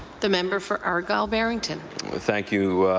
the member for argyle-barrington thank you,